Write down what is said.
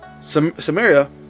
Samaria